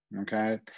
okay